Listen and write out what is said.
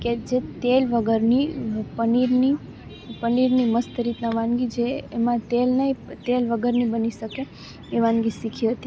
કે જે તેલ વગરની પનીરની પનીરની મસ્ત રીતનાં વાનગી જે એમાં તેલ નહીં તેલ વગરની બની શકે એ વાનગી શીખી હતી